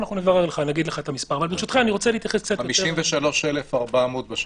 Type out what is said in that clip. להגביל אותם בלהוציא פנקסי צ'קים ובכל מיני הגבלות.